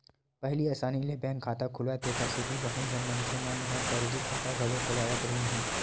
पहिली असानी ले बैंक खाता खुलय तेखर सेती बहुत झन मनखे मन ह फरजी खाता घलो खोलवावत रिहिन हे